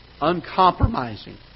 uncompromising